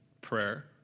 prayer